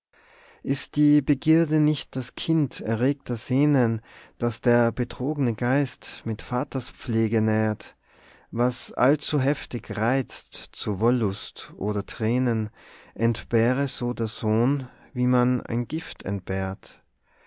ist die begierde nicht das kind erregter sänen das der betrogne geist mit vaterspflege nährt was allzu heftig reizt zu wohllust oder tränen entbehre so der sohn wie man ein gift